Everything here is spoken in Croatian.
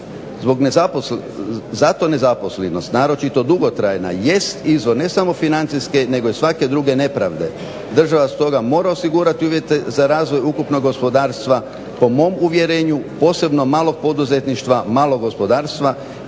Zato nezaposlenost naročito dugotrajna jest izvor ne samo financijske nego i svake druge nepravde. Država stoga mora osigurati uvjete za razvoj ukupnog gospodarstva po mom uvjernju posebno malog poduzetništva malog gospodarstva